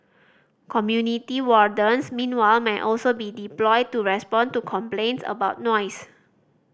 community wardens meanwhile may also be deployed to respond to complaints about noise